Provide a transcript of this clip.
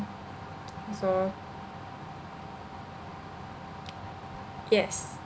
so yes